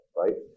right